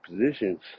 positions